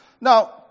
Now